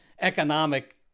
economic